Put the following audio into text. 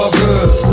good